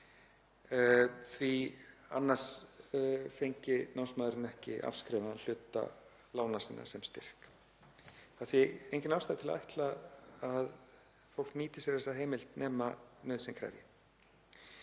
því annars fengi námsmaðurinn ekki afskrifaðan hluta lána sinna sem styrk. Það er því engin ástæða til að ætla að fólk nýti sér þessa heimild nema nauðsyn krefji.